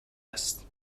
است